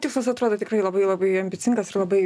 tikslas atrodo tikrai labai labai ambicingas ir labai